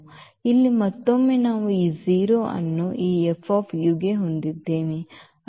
ಆದ್ದರಿಂದ ಇಲ್ಲಿ ಮತ್ತೊಮ್ಮೆ ನಾವು ಈ 0 ಅನ್ನು ಈ ಗೆ ಹೊಂದಿದ್ದೇವೆ